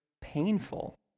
painful